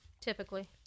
Typically